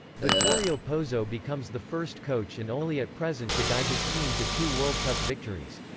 vittorio pozzo becomes the first coach and only at present to guide his team to two world cup victories.